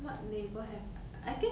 what label have I I think